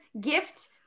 gift